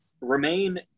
remain –